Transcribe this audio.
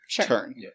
turn